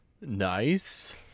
Nice